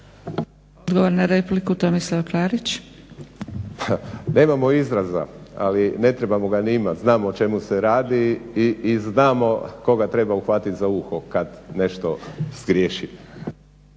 **Klarić, Tomislav (HDZ)** Nemamo izraza, ali ne trebamo ga ni imati. Znamo o čemu se radi i znamo koga treba uhvatit za uho kad nešto zgriješi.